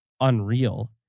unreal